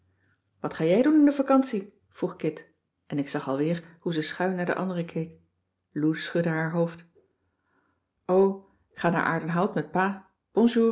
wat ga jij doen in de vacantie vroeg kit en cissy van marxveldt de h b s tijd van joop ter heul ik zag alweer hoe ze schuin naar de anderen keek lou schudde haar hoofd o k ga naar aerdenhout met pa